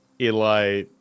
Eli